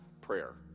prayer